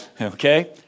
okay